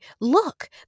look